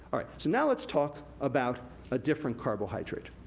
so now, let's talk about a different carbohydrate.